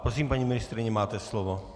Prosím, paní ministryně, máte slovo.